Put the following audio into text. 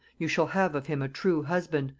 you shall have of him a true husband,